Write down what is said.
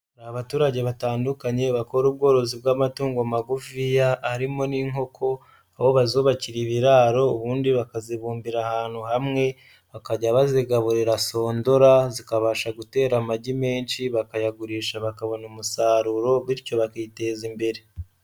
Abaturage batandukanye bakora ubworozi bw'amatungo magufiya, arimo n'inkoko, aho bazubakira ibiraro, ubundi bakazibumbira ahantu hamwe bakajya bazigaburira sondora, zikabasha gutera amagi menshi bakayagurisha bakabona umusaruro, bityo bakiteza imbere.